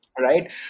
Right